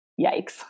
Yikes